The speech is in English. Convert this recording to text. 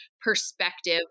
perspective